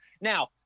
Now